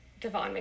Devon